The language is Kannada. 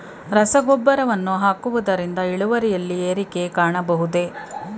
ರಸಗೊಬ್ಬರವನ್ನು ಹಾಕುವುದರಿಂದ ಇಳುವರಿಯಲ್ಲಿ ಏರಿಕೆ ಕಾಣಬಹುದೇ?